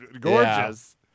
gorgeous